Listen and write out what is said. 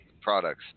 products